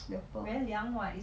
the pearl